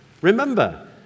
Remember